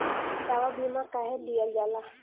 दवा बीमा काहे लियल जाला?